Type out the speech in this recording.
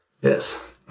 Yes